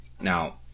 now